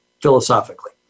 philosophically